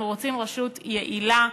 אנחנו רוצים רשות יעילה,